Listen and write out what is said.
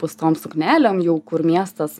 pūstom suknelėm jau kur miestas